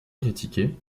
critiqué